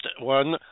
one